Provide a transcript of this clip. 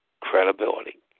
Credibility